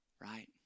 right